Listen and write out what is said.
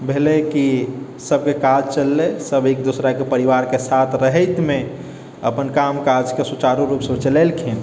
भेलै कि सबके काज चललै सब एक दोसराके परिवारके साथ रहैतमे अपन काम काजके सुचारु रूपसँ चलेलखिन